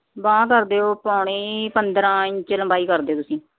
ਬਾਂਹ ਕਰ ਦਿਓ ਪੋਣੇ ਪੰਦਰ੍ਹਾਂ ਇੰਚ ਲੰਬਾਈ ਕਰ ਦਿਓ ਤੁਸੀਂ